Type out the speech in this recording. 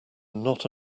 not